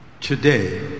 today